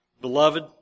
Beloved